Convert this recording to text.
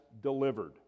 delivered